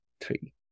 three